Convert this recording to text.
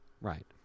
Right